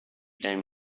time